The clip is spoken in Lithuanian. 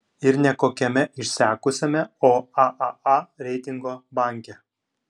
ir ne kokiame išsekusiame o aaa reitingo banke